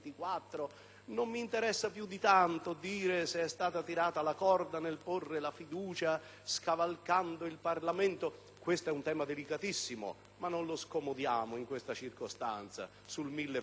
Non m'interessa più di tanto dire se è stata tirata la corda nel porre la fiducia, scavalcando il Parlamento. Questo è un tema delicatissimo, ma non scomodiamolo in questa circostanza, sul milleproroghe,